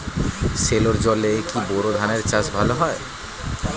সেলোর জলে কি বোর ধানের চাষ ভালো?